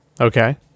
okay